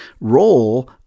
role